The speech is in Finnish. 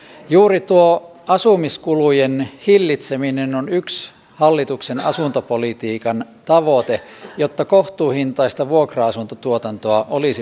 juuri tuo asumiskulujen hillitseminen on yksi hallituksen asuntopolitiikan tavoite jotta kohtuuhintaista vuokra asuntotuotantoa olisi tarjolla